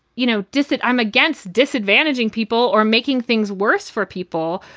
you know, decided i'm against disadvantaging people or making things worse for people.